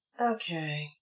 Okay